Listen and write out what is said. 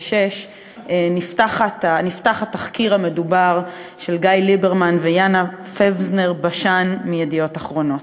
נפתח התחקיר המדובר של גיא ליברמן ויאנה פבזנר-בשן מ"ידיעות אחרונות".